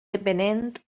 dependent